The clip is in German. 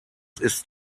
ist